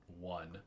one